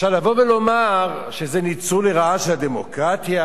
לבוא ולומר שזה ניצול לרעה של הדמוקרטיה,